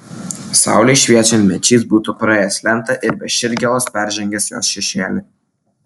saulei šviečiant mečys būtų praėjęs lentą ir be širdgėlos peržengęs jos šešėlį